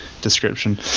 description